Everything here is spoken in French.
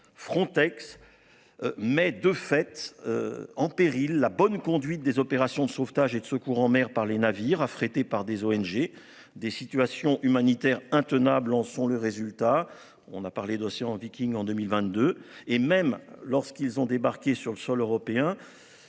Frontex. Mais de fait. En péril la bonne conduite des opérations de sauvetage et de secours en mer par les navires affrétés par des ONG, des situations humanitaires intenable en sont le résultat, on a parlé d'Océan Viking, en 2022 et même lorsqu'ils ont débarqué sur le sol européen.